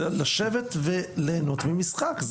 לשבת וליהנות ממשחק.